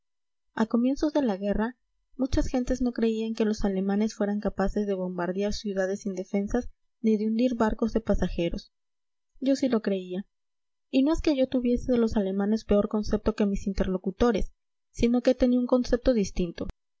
a comienzos de la guerra muchas gentes no creían que los alemanes fueran capaces de bombardear ciudades indefensas ni de hundir barcos de pasajeros yo sí lo creía y no es que yo tuviese de los alemanes peor concepto que mis interlocutores sino que tenía un concepto distinto